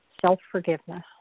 self-forgiveness